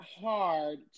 hard